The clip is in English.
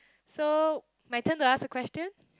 so my turn to ask the question